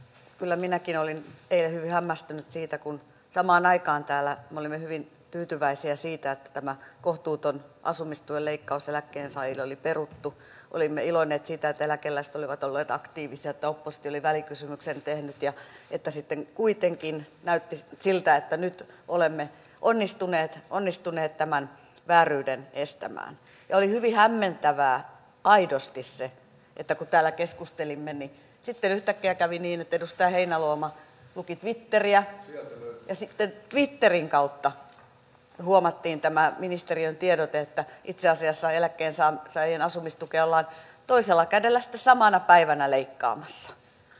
kyllä minäkin olin eilen hyvin hämmästynyt siitä että kun samaan aikaan täällä me olimme hyvin tyytyväisiä siitä että tämä kohtuuton asumistuen leikkaus eläkkeensaajille oli peruttu olimme iloinneet siitä että eläkeläiset olivat olleet aktiivisia ja että oppositio oli välikysymyksen tehnyt ja että sitten kuitenkin näytti siltä että nyt olemme onnistuneet tämän vääryyden estämään niin oli hyvin hämmentävää aidosti se että kun täällä keskustelimme niin sitten yhtäkkiä kävi niin että edustaja heinäluoma luki twitteriä ja sitten twitterin kautta huomattiin tämä ministeriön tiedote että itse asiassa eläkkeensaajien asumistukea ollaan toisella kädellä sitten samana päivänä leikkaamassa